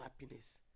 happiness